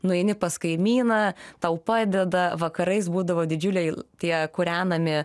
nueini pas kaimyną tau padeda vakarais būdavo didžiuliai tie kūrenami